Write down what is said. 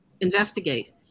investigate